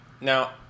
now